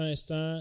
está